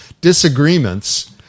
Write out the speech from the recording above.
disagreements